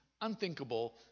unthinkable